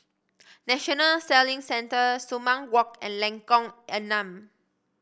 National Sailing Centre Sumang Walk and Lengkong Enam